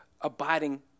abiding